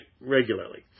regularly